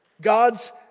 God's